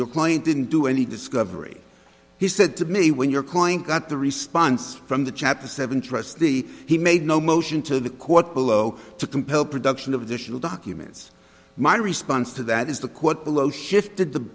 your client didn't do any discovery he said to me when your client got the response from the chapter seven trustee he made no motion to the court below to compel production of additional documents my response to that is the quote below shifted the